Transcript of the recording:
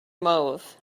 mauve